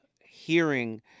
hearing